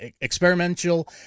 experimental